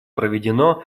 проведено